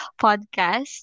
podcast